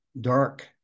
dark